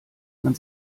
man